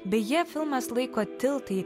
beje filmas laiko tiltai